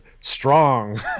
Strong